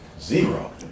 Zero